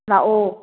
ꯂꯥꯛꯑꯣ